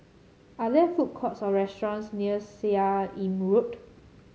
are there food courts or restaurants near Seah Im Road